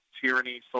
tyranny